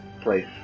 Place